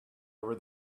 over